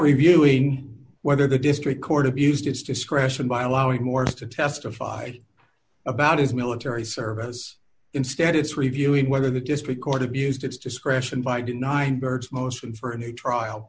reviewing whether the district court abused its discretion by allowing morris to testify about his military service instead it's reviewing whether the just record abused its discretion by denying byrd's most for a new trial